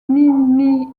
mimi